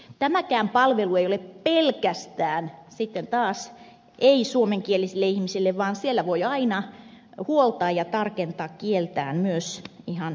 tämäkään palvelu ei ole pelkästään sitten taas ei suomenkielisille ihmisille vaan siellä voi aina huoltaa ja tarkentaa kieltään myös ihan syntyperäiset